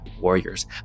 warriors